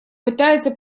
пытается